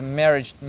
marriage